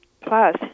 Plus